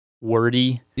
wordy